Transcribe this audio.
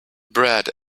bread